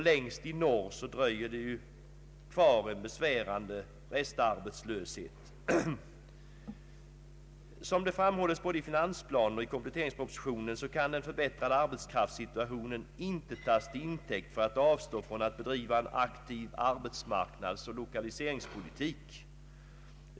Längst i norr dröjer det kvar en besvärande restarbetslöshet. Som framhållits både i finansplanen och i kompletteringspropositionen, kan den förbättrade arbetskraftssituationen inte tas till intäkt för att avstå från att bedriva en aktiv arbetsoch lokaliseringspolitik.